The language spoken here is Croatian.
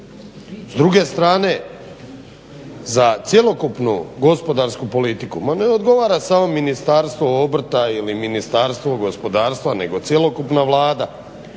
S druge strane za cjelokupnu gospodarsku politiku. Ma ne odgovara samo Ministarstvo obrta ili Ministarstvo gospodarstva, nego cjelokupna Vlada.